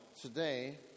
today